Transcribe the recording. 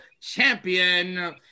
Champion